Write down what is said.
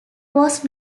was